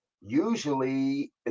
usually